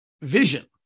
vision